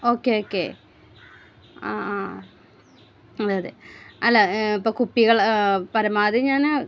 okay okay ആ ആ അതെയതെ അല്ല ഇപ്പം കുപ്പികൾ പരമാവധി ഞാൻ